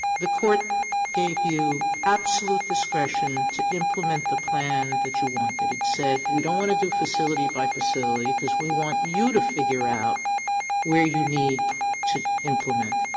the court gave you absolute discretion to implement the plan that you wanted. it said we don't want to do facility by facility, because we want you to figure out where you need to implement.